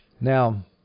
Now